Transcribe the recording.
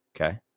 Okay